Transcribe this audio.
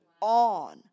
on